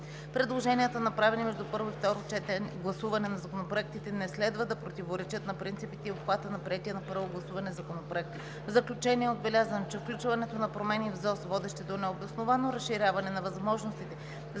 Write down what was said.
предложенията, направени между първо и второ гласуване на законопроектите не следва да противоречат на принципите и обхвата на приетия на първо гласуване Законопроект. В заключение е отбелязано, че включването на промени в ЗОЗЗ, водещи до необосновано разширяване на възможностите